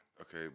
Okay